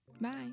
Bye